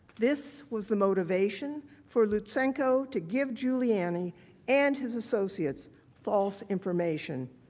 this was the motivation for lutsenko to give giuliani and his associates false information.